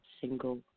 single